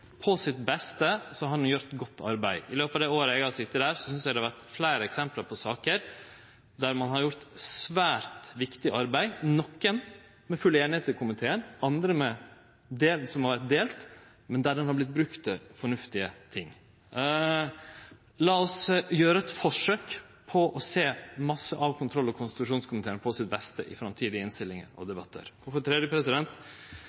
På sitt beste har han gjort godt arbeid. I løpet av det året eg har sete der, synest eg det har vore fleire eksempel på saker der ein har gjort svært viktig arbeid – nokre med full einigheit i komiteen, andre med delt komité. Men den har vorte brukt til fornuftige ting. Lat oss gjere eit forsøk på å sjå masse av kontroll- og konstitusjonskomiteen på sitt beste i framtidige innstillingar og